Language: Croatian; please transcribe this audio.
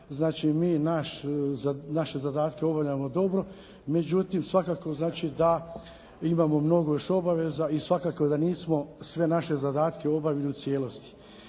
naše zadatke obavljamo dobro međutim svakako znači da imamo mnogo još obaveza i svakako da nismo sve naše zadatke obavili u cijelosti.